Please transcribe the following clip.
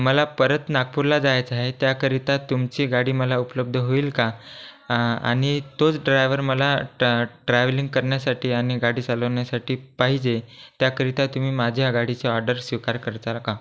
मला परत नागपूरला जायचं आहे त्याकरिता तुमची गाडी मला उपलब्ध होईल का आणि तोच ड्रायव्हर मला ट्रॅ ट्रॅव्हलिंग करण्यासाठी आणि गाडी चालवण्यासाठी पाहिजे त्याकरिता तुम्ही माझ्या गाडीची ऑर्डर स्वीकार करताल का